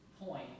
point